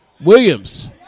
Williams